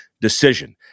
decision